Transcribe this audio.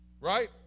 right